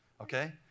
okay